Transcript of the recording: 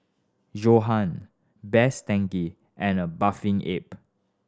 Johan Best Denki and A Bathing Ape